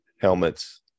helmets